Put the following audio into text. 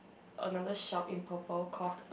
another shop in purple call